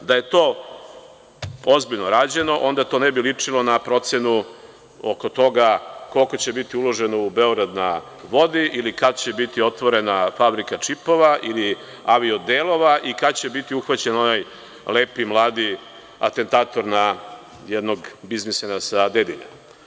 Da je to ozbiljno rađeno onda to ne bi ličilo na procenu oko toga koliko će biti uloženo u „Beograd na vodi“, ili kada će biti otvorena fabrika čipova, ili avio delova, i kada će biti uhvaćen onaj lepi, mladi, atentator na jednog biznismena sa Dedinja.